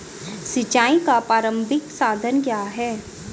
सिंचाई का प्रारंभिक साधन क्या है?